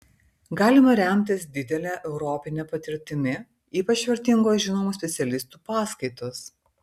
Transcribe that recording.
galima remtis didele europine patirtimi ypač vertingos žinomų specialistų paskaitos